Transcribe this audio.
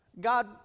God